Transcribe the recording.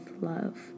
love